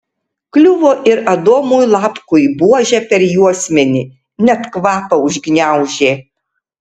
kliuvo ir adomui lapkui buože per juosmenį net kvapą užgniaužė